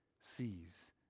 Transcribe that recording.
sees